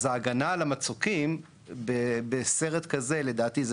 אז ההגנה על המצוקים בסרט כזה לדעתי זה